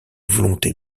volonté